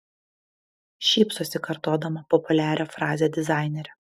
šypsosi kartodama populiarią frazę dizainerė